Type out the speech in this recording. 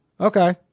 Okay